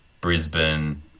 Brisbane